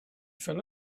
fell